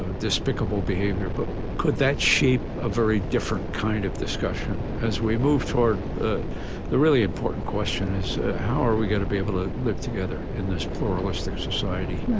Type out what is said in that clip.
ah despicable behavior, but could that shape a very different kind of discussion. as we move toward the the really important question is how are we going to be able to live together in this pluralistic society